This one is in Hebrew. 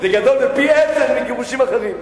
זה פי-עשרה מגירושים אחרים.